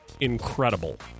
incredible